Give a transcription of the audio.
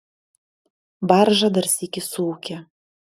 barža dar sykį suūkė